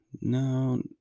No